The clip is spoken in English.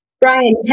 Brian